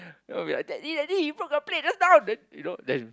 then I'll be like daddy daddy you broke a plate just now then you know then